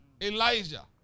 Elijah